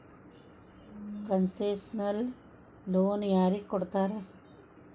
Concessional loan ಯಾರಿಗ್ ಕೊಡ್ತಾರ?